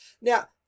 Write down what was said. Now